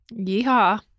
Yeehaw